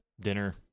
dinner